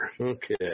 Okay